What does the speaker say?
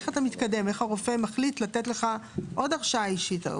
איך הרופא מחליט לתת לך עוד הרשאה אישית.